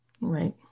Right